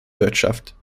wirtschaft